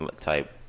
type